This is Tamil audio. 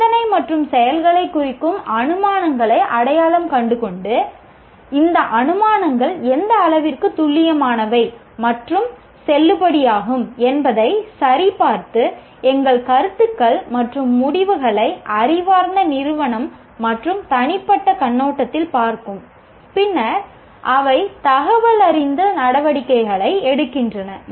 சிந்தனை மற்றும் செயல்களைக் குறிக்கும் அனுமானங்களை அடையாளம் கண்டுகொண்டு இந்த அனுமானங்கள் எந்த அளவிற்கு துல்லியமானவை மற்றும் செல்லுபடியாகும் என்பதை சரிபார்த்து எங்கள் கருத்துக்கள் மற்றும் முடிவுகளை அறிவார்ந்த நிறுவன மற்றும் தனிப்பட்ட கண்ணோட்டத்தில் பார்க்கும் பின்னர் அவை தகவலறிந்த நடவடிக்கைகளை எடுக்கின்றன